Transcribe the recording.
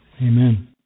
Amen